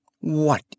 What